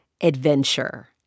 adventure